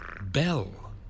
Bell